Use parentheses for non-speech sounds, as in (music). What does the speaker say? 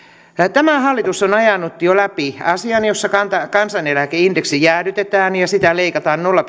tämä hallitus on ajanut jo läpi asian jossa kansaneläkeindeksi jäädytetään ja sitä leikataan nolla (unintelligible)